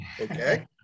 okay